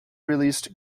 released